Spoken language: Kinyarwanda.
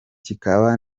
kikaba